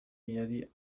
yari